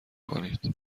کنید